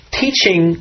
teaching